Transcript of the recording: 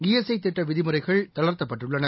ESI திட்டவிதிமுறைகள் தளர்த்தப்பட்டுள்ளன